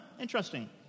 interesting